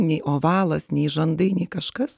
nei ovalas nei žandai nei kažkas